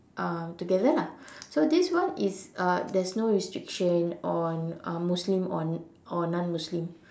um together lah so this one is uh there is no restriction on uh Muslim or or non Muslim